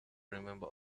remember